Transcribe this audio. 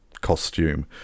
costume